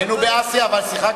היינו באסיה.